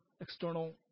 external